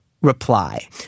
reply